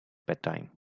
bedtime